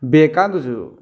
bag ꯀꯥꯗꯨꯁꯨ